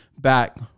Back